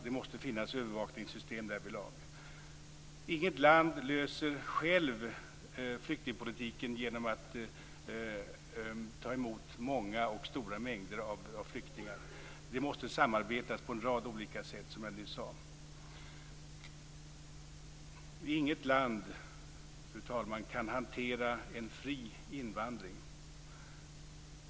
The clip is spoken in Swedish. Det måste finnas övervakningssystem därvidlag. Inget land löser självt flyktingpolitiken genom att ta emot många och stora mängder av flyktingar. Det måste samarbetas på en rad olika sätt, som jag nyss sade. Inget land, fru talman, kan hantera en fri invandring.